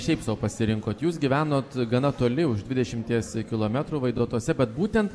šiaip sau pasirinkot jūs gyvenot gana toli už dvidešimties kilometrų vaidotuose bet būtent